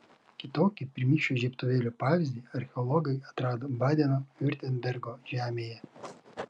kitokį pirmykščio žiebtuvėlio pavyzdį archeologai atrado badeno viurtembergo žemėje